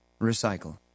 Recycle